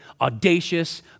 audacious